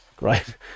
right